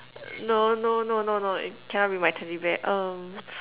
no no no no no it cannot be my teddy bear um